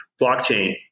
blockchain